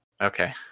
Okay